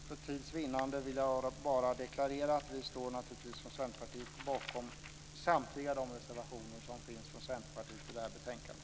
För tids vinnande vill jag deklarera att vi i Centerpartiet naturligtvis står bakom samtliga de reservationer som finns från Centerpartiet i det här betänkandet.